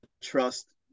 trust